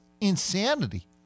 insanity